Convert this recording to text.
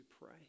pray